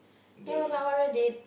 the